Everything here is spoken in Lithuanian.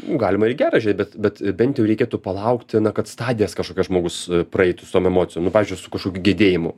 galima į gerą žiūrėt bet bet bent jau reikėtų palaukti na kad stadijas kažkokias žmogus praeitų su tom emocijom nu pavyzdžiui su kažkokiu gedėjimu